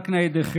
לנשים.